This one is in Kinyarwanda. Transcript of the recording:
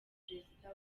perezida